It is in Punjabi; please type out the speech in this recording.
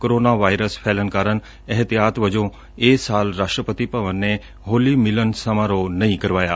ਕੋਰੋਨਾ ਵਾਇਰਸ ਫੈਲਣ ਕਾਰਨ ਇਹਤਿਆਤ ਵਜੋ ਇਸ ਸਾਲ ਰਾਸਟਰਪਤੀ ਭਵਨ ਨੇ ਹੋਲੀ ਮਿਲਨ ਸਮਾਰੋਹ ਨਹੀਂ ਕਰਵਾਇਆ